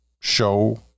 show